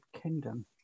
Kingdom